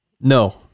No